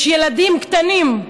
יש ילדים קטנים,